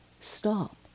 stop